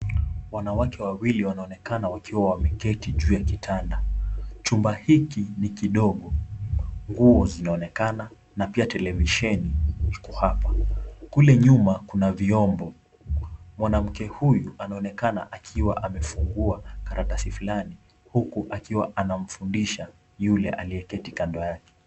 Wanawake wawili wanaonekana wakiwa wameketi juu ya kitanda. Chumba hiki ni kidogo. Nguo zinaonekana na pia televisheni iko hapa. Kule nyuma kuna vyombo. Mwanamke huyu anaonekana akiwa amefungua karatasi fulani huku akiwa anamfundisha yule aliyeketi kando yake.